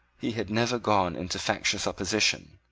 he had never gone into factious opposition,